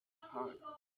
hug